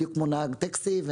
בדיוק כמו נהג מונית.